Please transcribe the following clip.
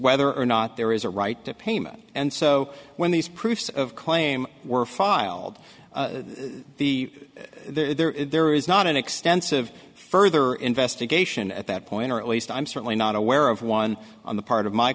whether or not there is a right to payment and so when these proofs of claim were filed the there there is not an extensive further investigation at that point or at least i'm certainly not aware of one on the part of my